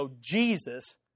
Jesus